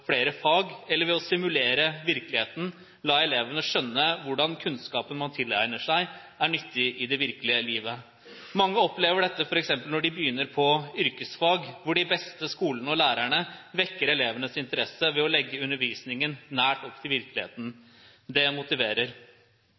flere fag eller ved å simulere virkeligheten, og la elevene skjønne hvordan kunnskapen man tilegner seg, er nyttig i det virkelige livet. Mange opplever dette f.eks. når de begynner på yrkesfag, hvor de beste skolene og lærerne vekker elevenes interesse ved å legge undervisningen nært opp til virkeligheten. Det motiverer.